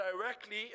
directly